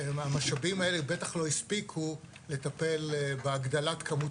המשאבים האלה בטח לא הספיקו לטפל בהגדלת כמות